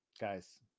guys